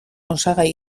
osagai